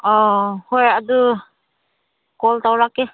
ꯑꯣ ꯍꯣꯏ ꯑꯗꯨ ꯀꯣꯜ ꯇꯧꯔꯛꯀꯦ